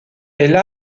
elle